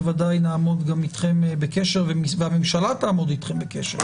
בוודאי נעמוד גם אתכם בקשר והממשלה תעמוד אתכם בקשר,